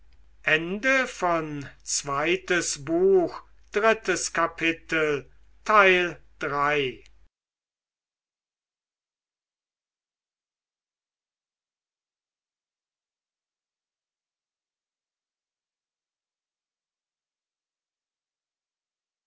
zweites buch erstes kapitel